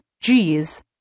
G's